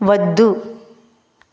వద్దు